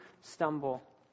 stumble